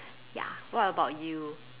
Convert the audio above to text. ya what about you